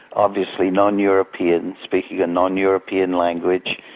obviously non-europeans, speaking a non-european language,